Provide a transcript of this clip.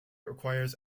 requires